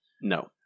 No